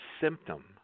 symptom